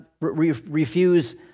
refuse